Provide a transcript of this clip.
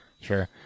Sure